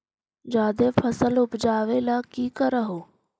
जादे फसल उपजाबे ले की कर हो?